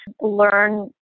learn